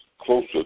closer